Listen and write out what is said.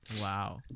Wow